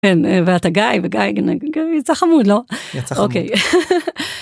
ואתה גיא וגיא יצא חמוד לא יצא חמוד.